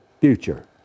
future